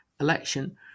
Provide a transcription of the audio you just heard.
election